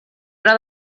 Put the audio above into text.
hora